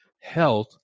health